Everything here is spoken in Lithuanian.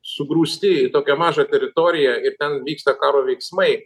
sugrūsti į tokią mažą teritoriją ir ten vyksta karo veiksmai